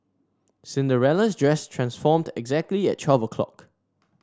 Cinderella's dress transformed exactly at twelve o'clock